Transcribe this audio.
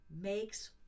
makes